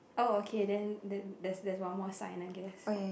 oh okay then then that's that's one more size I guess